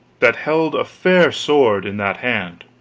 that held a fair sword in that hand.